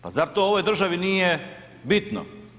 Pa zar to ovoj državi nije bitno?